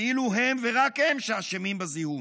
כאילו הם ורק הם אשמים בזיהום.